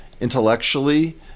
intellectually